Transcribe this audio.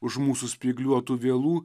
už mūsų spygliuotų vielų